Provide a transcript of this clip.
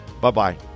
Bye-bye